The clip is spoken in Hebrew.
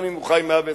גם אם הוא חי 120 שנה.